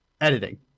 editing